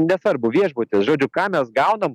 nesvarbu viešbutis žodžiu ką mes gaunam